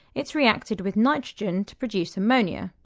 it's reacted with nitrogen to produce ammonia,